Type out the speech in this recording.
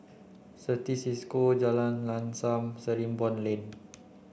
Certis Cisco Jalan Lam Sam Sarimbun Lane